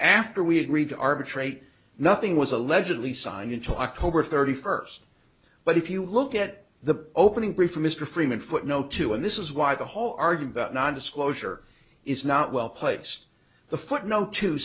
after we agreed to arbitrate nothing was allegedly signed until october thirty first but if you look at the opening brief mr freeman footnote two and this is why the whole argue about non disclosure is not well placed the footnote to